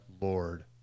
Lord